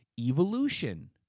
evolution